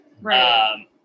right